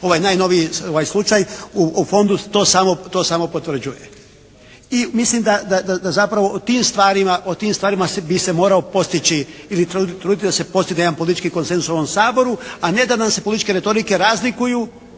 Ovaj najnoviji ovaj slučaj u Fondu to samo potvrđuje. I mislim da zapravo o tim stvarima bi se morao postići ili truditi da se postigne jedan politički koncenzus u ovom Saboru, a ne da nam se političke retorike razlikuju